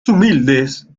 humildes